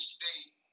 State